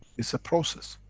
it's a process.